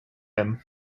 him